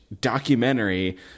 documentary